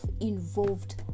involved